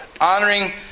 Honoring